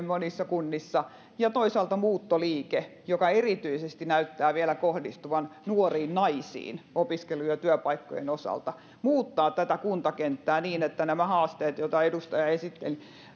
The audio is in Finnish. monissa kunnissa ja toisaalta muuttoliike joka erityisesti näyttää vielä kohdistuvan nuoriin naisiin opiskelu ja työpaikkojen osalta muuttavat kuntakenttää niin että nämä haasteet joita edustaja esitti